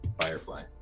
Firefly